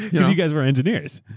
you guys were engineers.